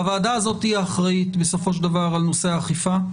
הוועדה הזאת היא האחראית בסופו של דבר על נושא האכיפה.